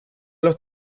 los